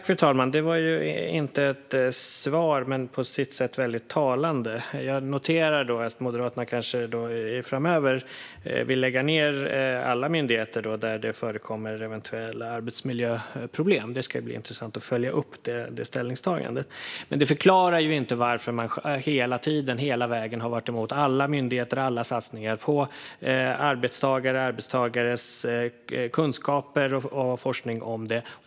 Fru talman! Det här var inget svar, men var på sitt sätt väldigt talande. Jag noterar att Moderaterna framöver kanske vill lägga ned alla myndigheter där eventuella arbetsmiljöproblem förekommer. Det ska bli intressant att följa upp detta ställningstagande. Det förklarar dock inte varför man hela tiden och hela vägen har varit emot alla myndigheter och alla satsningar på arbetstagare samt kunskaper och forskning om dem.